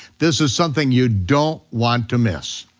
this is something you don't want to miss.